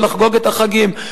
לחגוג את החגים.